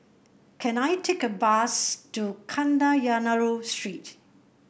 can I take a bus to Kadayanallur Street